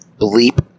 bleep